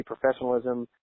professionalism